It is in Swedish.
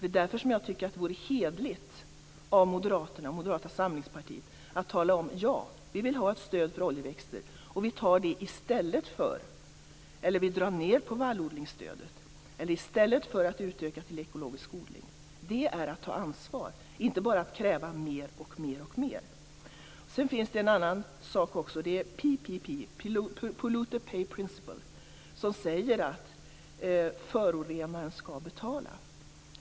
Det är därför jag tycker att det vore hederligt av Moderata samlingspartiet att tala om: Ja, vi vill ha ett stöd för oljeväxtodling, och vi drar ned på vallodlingsstödet eller i stället för att utöka ekologisk odling. Det är att ta ansvar, inte att bara kräva mer och mer. Det finns en annan sak också, PPP, Polluter Pay Principal, som säger att förorenaren skall betala.